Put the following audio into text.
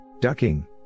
ducking